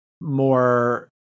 more